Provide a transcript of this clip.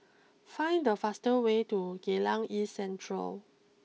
find the fastest way to Geylang East Central